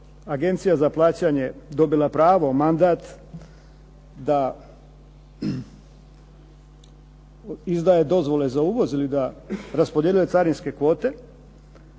Agencija za plaćanje dobila pravo, mandat da izdaje dozvole za uvoz ili da raspodjeljuje carinske kvote